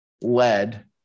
led